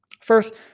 First